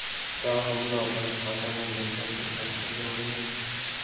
का हमला अपन खाता मा न्यूनतम पईसा रखना जरूरी हे?